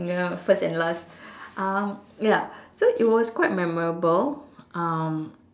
ya first and last um ya so it was quite memorable um